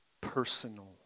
personal